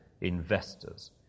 investors